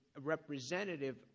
representative